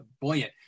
buoyant